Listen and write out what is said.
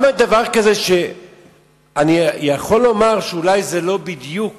אני יכול לומר שאולי זאת לא בדיוק